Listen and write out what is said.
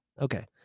Okay